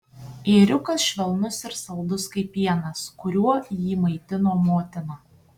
ėriukas švelnus ir saldus kaip pienas kuriuo jį maitino motina